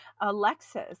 Alexis